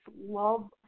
love